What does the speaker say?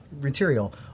material